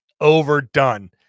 overdone